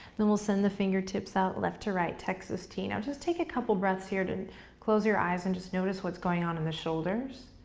then we'll send the fingertips out left to right, texas t. now just take a couple breaths here to close your eyes and just notice what's going on in the shoulders.